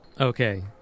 Okay